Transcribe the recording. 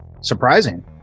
Surprising